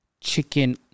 chicken